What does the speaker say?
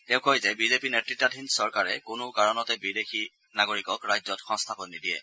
তেওঁ কয় যে বিজেপি নেত়তাধীন চৰকাৰে কোনো কাৰণতে বিদেশী নাগৰিকক ৰাজ্যত সংস্থাপন নিদিয়ে